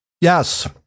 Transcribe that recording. Yes